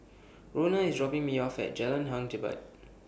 Rona IS dropping Me off At Jalan Hang Jebat